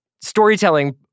storytelling